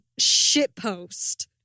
shitpost